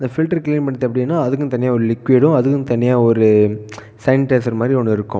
ஃபில்ட்டரை clean பண்ணுறது எப்படினா அதுக்குன்னு தனியாக லிக்யூடும் அதுக்குன்னு தனியாக ஒரு சானிடைசர் மாதிரி ஒன்று இருக்கும்